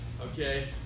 okay